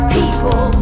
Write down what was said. people